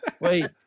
Wait